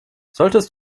solltest